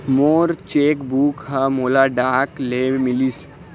मोर cheque book ह मोला डाक ले मिलिस